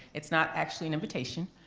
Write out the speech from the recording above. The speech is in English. it's not actually an invitation.